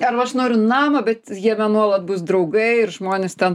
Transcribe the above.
arba aš noriu namo bet jame nuolat bus draugai ir žmonės ten